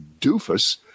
doofus